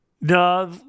No